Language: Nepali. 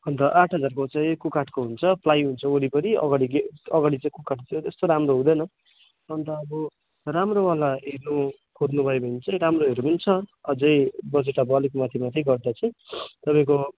अन्त आठ हजारको चाहिँ कुकाठको हुन्छ प्लाइ हुन्छ वरिपरि अगाडि गे अगाडि चाहिँ कुकाठ हुन्छ त्यस्तो राम्रो हुँदैन अन्त अब राम्रो वाला हेर्नु खोज्नुभयो भने चाहिँ राम्रोहरू पनि छ अझै बजट अब अलिक माथि माथि गर्दा चाहिँ तपाईँको